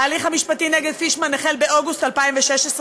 ההליך המשפטי נגד פישמן החל באוגוסט 2016,